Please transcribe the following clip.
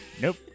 Nope